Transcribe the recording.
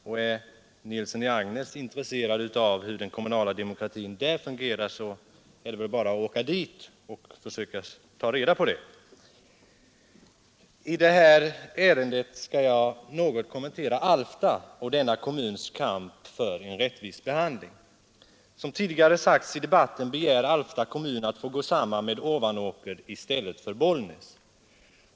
Om herr Nilsson är intresserad av hur den kommunala demokratin fungerar där, är det väl bara att åka dit och försöka ta reda på det. I detta ärende skall jag något kommentera Alfta och denna kommuns kamp för en rättvis behandling. Som tidigare sagts i debatten begär Alfta kommun att få gå samman med Ovanåker i stället för med Bollnäs.